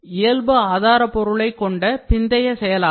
இயல்புஆதாரபொருளை கொண்ட பிந்தைய செயலாக்கம்